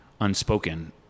unspoken